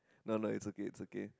no no it's okay it's okay